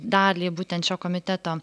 dalį būtent šio komiteto